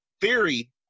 theory